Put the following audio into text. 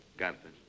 carta